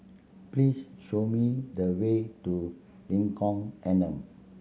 please show me the way to Lengkong Enam